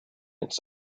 its